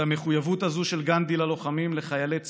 את המחויבות הזאת של גנדי ללוחמים, לחיילי צה"ל,